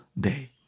day